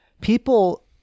People